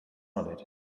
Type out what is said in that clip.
not